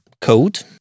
code